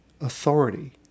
authority